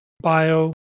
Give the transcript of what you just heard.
bio